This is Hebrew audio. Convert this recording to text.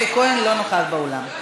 אלי כהן לא נוכח באולם.